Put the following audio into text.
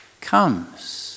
comes